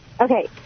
Okay